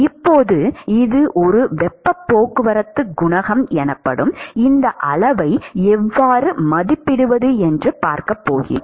இப்போது இது ஒரு வெப்பப் போக்குவரத்து குணகம் எனப்படும் இந்த அளவை எவ்வாறு மதிப்பிடுவது என்று பார்க்கப் போகிறோம்